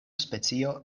specio